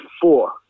four